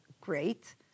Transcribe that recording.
great